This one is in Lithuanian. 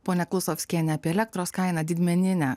ponia klusovskienė apie elektros kainą didmeninę